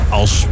als